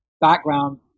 background